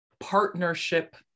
partnership